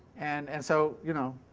and and so you know,